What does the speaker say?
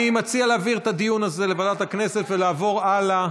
אני מציע להעביר את הדיון הזה לוועדת הכנסת ולעבור הלאה.